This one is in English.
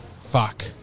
Fuck